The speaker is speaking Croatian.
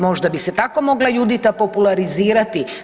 Možda bi se tako mogla Judita popularizirati?